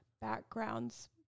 backgrounds